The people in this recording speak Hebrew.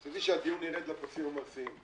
רציתי שהדיון ירד לפסים המעשיים.